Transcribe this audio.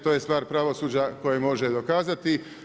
To je stvar pravosuđa koje može dokazati.